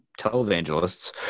televangelists